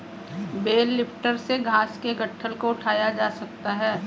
bell lifter से घास के गट्ठल को उठाया जा सकता है